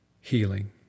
healing